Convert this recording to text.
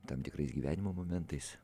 tam tikrais gyvenimo momentais